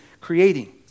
creating